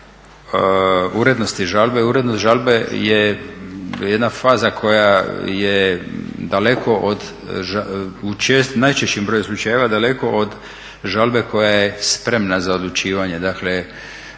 Urednost žalbe je jedna faza koja je daleko od, u najčešćem broju slučajeva daleko od žalbe koja je spremna za odlučivanje.